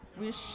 wish